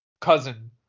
cousin